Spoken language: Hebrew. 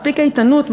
מספיק איתנות,